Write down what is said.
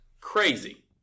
crazy